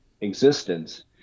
existence